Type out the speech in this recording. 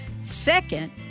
Second